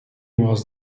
was